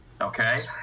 okay